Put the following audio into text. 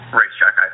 racetrack